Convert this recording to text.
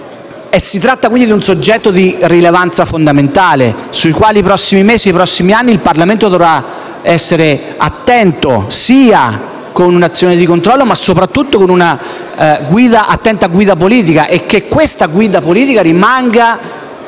Si tratta, quindi, di un argomento di rilevanza fondamentale, sul quale, nei prossimi mesi e nei prossimi anni, il Parlamento dovrà essere attento sia con un'azione di controllo, ma soprattutto con una attenta guida politica. E che questa guida politica rimanga